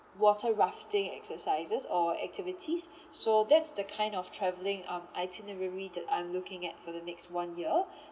water rafting exercises or activities so that's the kind of travelling um itinerary that I'm looking at for the next one year